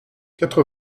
quatre